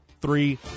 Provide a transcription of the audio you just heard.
three